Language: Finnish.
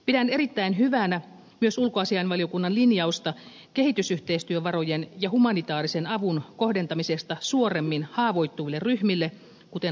pidän erittäin hyvänä myös ulkoasiainvaliokunnan linjausta kehitysyhteistyövarojen ja humanitaarisen avun kohdentamisesta suoremmin haavoittuville ryhmille kuten lapsille